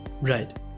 Right